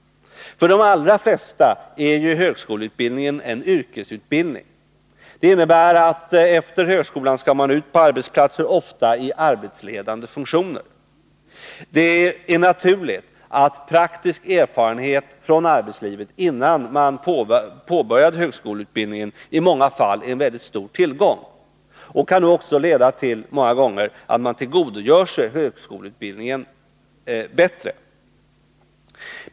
För de allra flesta är ju högskoleutbildningen en yrkesutbildning. Det innebär att efter högskolan skall man ut på arbetsplatser, ofta i arbetsledande funktioner. Det är naturligt att praktisk erfarenhet från arbetslivet innan man påbörjar högskoleutbildningen i många fall är en väldigt stor tillgång och också kan leda till att man kan tillgodogöra sig högskoleutbildningen bättre.